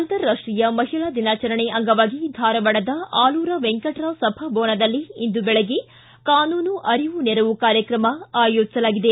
ಅಂತರಾಷ್ಷೀಯ ಮಹಿಳಾ ದಿನಾಚರಣೆ ಅಂಗವಾಗಿ ಧಾರವಾಡದ ಅಲೂರ ವೆಂಕಟರಾವ್ ಸಭಾಭವನದಲ್ಲಿ ಇಂದು ಬೆಳಗ್ಗೆ ಕಾನೂನು ಅರಿವು ನೆರವು ಕಾರ್ಯಕ್ರಮ ಆಯೋಜಿಸಲಾಗಿದೆ